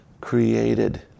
created